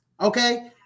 Okay